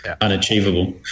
unachievable